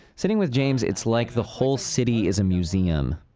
sitting with james, it's like the whole city is a museum.